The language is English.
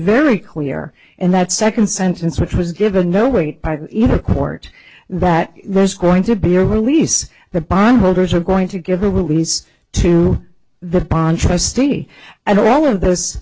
very clear in that second sentence which was given no weight by either court that there's going to be a release the bondholders are going to give a release to the pond trustee and all of th